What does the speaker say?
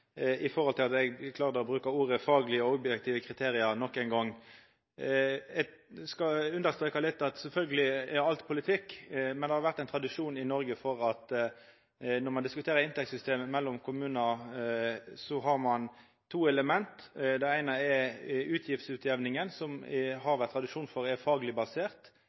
til meg i sitt innlegg i samband med at eg klarte å bruka orda «faglege og objektive kriterier» nok ein gong. Eg skal understreka at sjølvsagt er alt politikk, men det har vore ein tradisjon i Noreg for at når ein diskuterer inntektssystemet i kommunane, har ein to element. Det eine er utgiftsutjamninga, som det har vore tradisjon for er